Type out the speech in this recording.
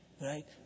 Right